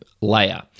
layer